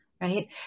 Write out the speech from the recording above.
right